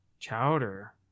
chowder